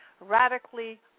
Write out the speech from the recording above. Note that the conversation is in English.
radically